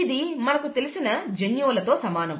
ఇది మనకు తెలిసిన జన్యువులతో సమానం